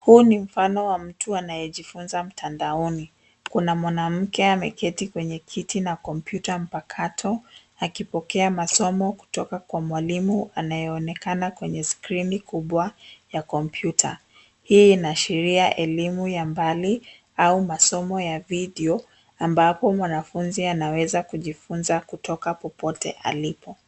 Huu ni mfano wa mtu anayejifunza mtandaoni. Kuna mwanamke ameketi kwenye kiti na kompyuta mpakato akipokea masomo kutoka kwa mwalimu anayeonekana kwenye skrini kubwa ya kompyuta. Hii inaashiria elimu ya mbali au masomo ya video ambapo mwanafunzi anaweza kujifunza kutoka popote alipo.